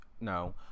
No